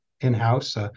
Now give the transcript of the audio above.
in-house